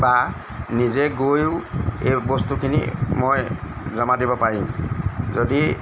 বা নিজে গৈও এই বস্তুখিনি মই জমা দিব পাৰিম যদি